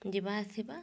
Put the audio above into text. ଯିବା ଆସିବା